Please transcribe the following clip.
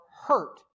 hurt